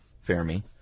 Fermi